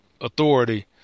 authority